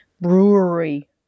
Brewery